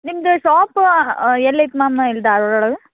ನಿಮ್ಮದು ಶಾಪ ಎಲ್ಲೈತೆ ಮ್ಯಾಮ್ ಇಲ್ಲಿ ಧಾರ್ವಾಡೊಳಗೆ